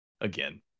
again